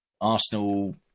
Arsenal